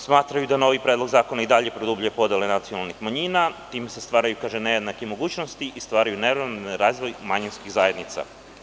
Smatraju da novi predlog zakona i dalje produbljuje podele nacionalnih manjina i kažu da se time stvaraju nejednake mogućnosti i stvara nerealan razvoj manjinskih zajednica.